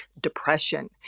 depression